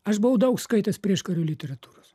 aš buvau daug skaitęs prieškario literatūros